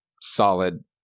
solid